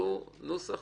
ותמצאו נוסח.